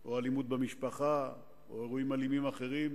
או אלימות במשפחה או אירועים אלימים אחרים